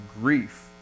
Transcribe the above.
grief